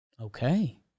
okay